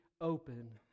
open